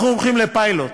אנחנו הולכים לפיילוט.